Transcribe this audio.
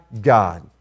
God